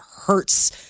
hurts